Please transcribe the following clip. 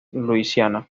luisiana